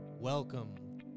Welcome